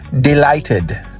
delighted